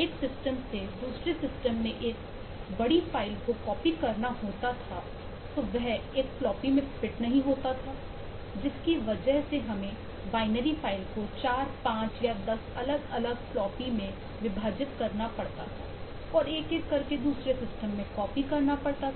एक सिस्टम से दूसरे सिस्टम में एक बड़ी फाइल को कॉपी करना होता था तो वह एक फ्लॉपी करना पड़ता था